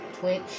Twitch